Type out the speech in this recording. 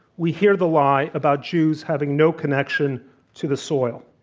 we hear the lie about jews having no connection to the soil.